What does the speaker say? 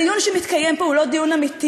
הדיון שמתקיים פה הוא לא דיון אמיתי.